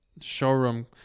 showroom